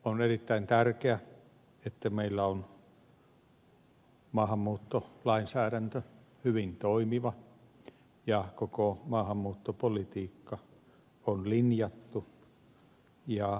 on erittäin tärkeää että meillä on maahanmuuttolainsäädäntö hyvin toimiva ja koko maahanmuuttopolitiikka on linjattu ja sitä linjataan tarpeen mukaan